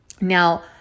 Now